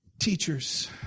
Teachers